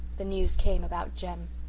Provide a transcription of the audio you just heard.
the news came about jem.